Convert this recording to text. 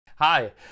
Hi